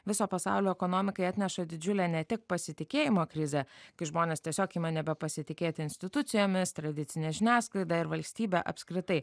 viso pasaulio ekonomikai atneša didžiulę ne tik pasitikėjimo krizę kai žmonės tiesiog ima nebepasitikėti institucijomis tradicine žiniasklaida ir valstybe apskritai